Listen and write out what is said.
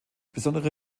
besondere